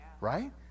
right